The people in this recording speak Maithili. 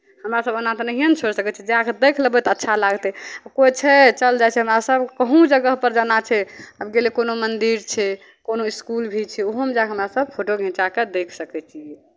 हमरा सभ एना तऽ नहिए ने छोड़ि सकै छियै जा कऽ देख लेबै तऽ अच्छा लागतै कोइ छै चल जाइ छै हमरा सभ कहूँ जगहपर जाना छै आब गेलियै कोनो मन्दिर छै कोनो इसकुल भी छै ओहोमे जा कऽ हमरा सभ फोटो घिचा कऽ देखि सकै छियै